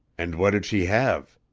and what did she have?